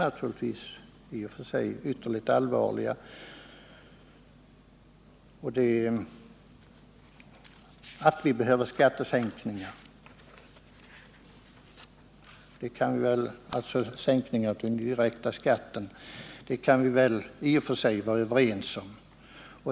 Att vi behöver sänkningar av den direkta skatten kan vi väl i och för sig vara överens om.